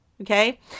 okay